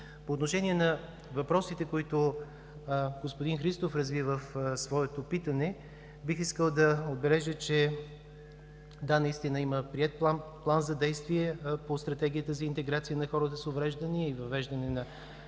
По отношение на въпросите, които господин Христов разви в своето питане, бих искал да отбележа, че – да, наистина има приет план за действие по Стратегията за интеграция на хората с увреждания и въвеждане на